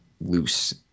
loose